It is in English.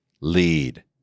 lead